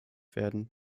werden